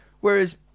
Whereas